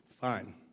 fine